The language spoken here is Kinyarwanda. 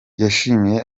yashimiye